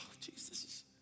Jesus